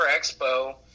Expo